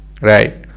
right